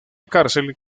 cárcel